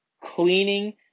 cleaning